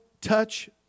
touch